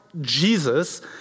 Jesus